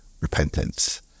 repentance